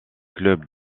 clubs